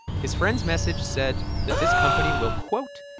his friend's message said that this company will, quote,